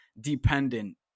dependent